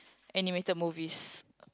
animated movies